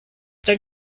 dann